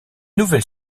nouvelle